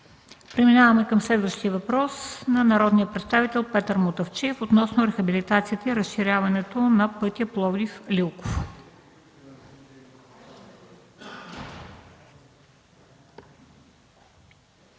Преминаваме към следващия въпрос – от народния представител Петър Мутафчиев, относно рехабилитацията и разширяването на пътя Пловдив – Лилково.